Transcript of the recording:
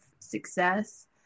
success